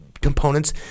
components